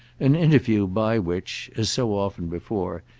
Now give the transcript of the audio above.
an interview by which, as so often before,